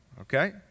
Okay